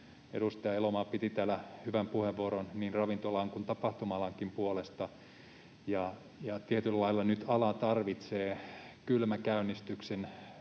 edustaja Elomaa piti täällä hyvän puheenvuoron niin ravintola‑ kuin tapahtuma-alankin puolesta, ja tietyllä lailla nyt ala tarvitsee kylmäkäynnistyksen